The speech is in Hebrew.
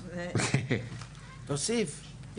תוסיף.